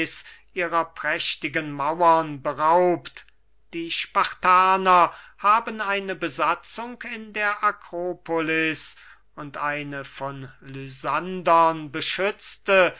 ihrer prächtigen mauern beraubt die spartaner haben eine besatzung in der akropolis und eine von lysandern beschützte